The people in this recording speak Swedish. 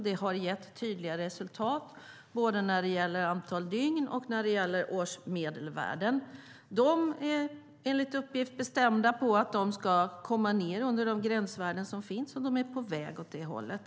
Det har gett tydliga resultat, både när det gäller antal dygn och årsmedelvärden. Stockholms stad är enligt uppgift bestämda när det gäller att komma ned under de gränsvärden som finns, och de är på väg åt det hållet.